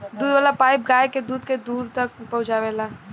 दूध वाला पाइप गाय के दूध के दूर तक पहुचावेला